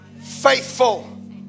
faithful